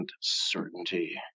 certainty